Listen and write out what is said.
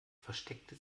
versteckte